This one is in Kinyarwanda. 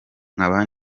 nkaba